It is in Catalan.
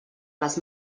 les